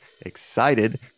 excited